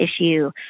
issue